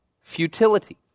Futility